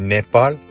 Nepal